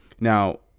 Now